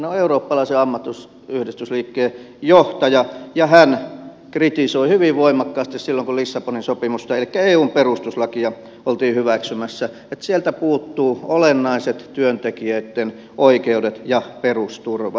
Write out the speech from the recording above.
hän on eurooppalaisen ammattiyhdistysliikkeen johtaja ja hän kritisoi hyvin voimakkaasti silloin kun lissabonin sopimusta elikkä eun perustuslakia oltiin hyväksymässä että sieltä puuttuvat olennaiset työntekijöitten oikeudet ja perusturva